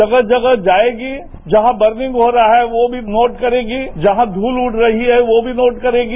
जगह जगह जाएगी जहां बर्निंग हो रहा है वो भी नोट करेगी जहां ध्रल उड़ रही है वो मी नोट करेगी